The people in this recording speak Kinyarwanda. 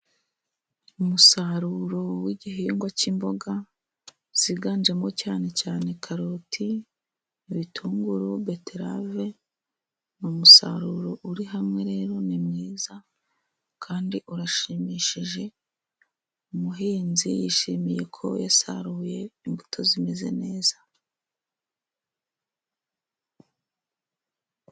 Umusaruro w'igihingwa cy'imboga ziganjemo cyane cyane karoti, ibitunguru, beterave. Ni umusaruro uri hamwe rero, ni mwiza kandi urashimishije, umuhinzi yishimiye ko yasaruye imbuto zimeze neza.